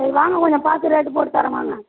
சரி வாங்க கொஞ்சம் பார்த்து ரேட்டு போட்டுத்தரேன் வாங்க